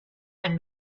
and